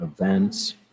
events